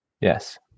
Yes